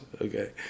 Okay